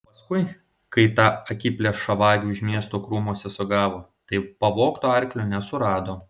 o paskui kai tą akiplėšą vagį už miesto krūmuose sugavo tai pavogto arklio nesurado